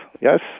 yes